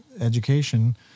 education